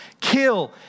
kill